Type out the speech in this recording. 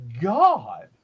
God